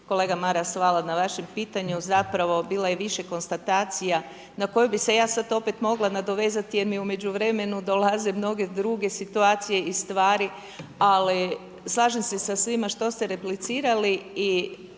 Kolega Maras, hvala na vašem pitanju. Zapravo bilo je i više konstatacija na koju bih se ja sada opet mogla nadovezati jer mi u međuvremenu dolaze mnoge druge situacije i stvari ali slažem se sa svima što ste replicirali.